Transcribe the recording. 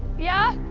yeah.